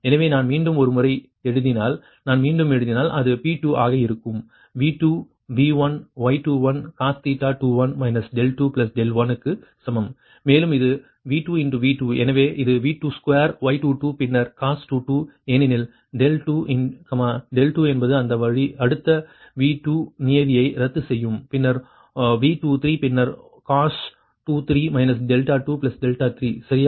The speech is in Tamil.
எனவே நான் மீண்டும் ஒருமுறை எழுதினால் நான் மீண்டும் எழுதினால் அது P2 ஆக இருக்கும் V2V1Y21cos 21 21 க்கு சமம் மேலும் இது V2V2 எனவே இது 2 Y22 பின்னர் cos ஏனெனில் 22 என்பது அடுத்த V2 நியதியை ரத்து செய்யும் பின்னர் V23 பின்னர் cos 23 23 சரியா